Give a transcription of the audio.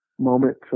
moment